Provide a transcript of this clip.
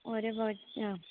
ഒരു ആ